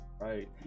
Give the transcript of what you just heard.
right